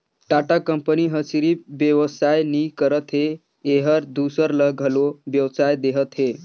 Tata company ह सिरिफ बेवसाय नी करत हे एहर दूसर ल घलो बेवसाय देहत हे